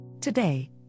Today